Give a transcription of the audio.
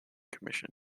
commission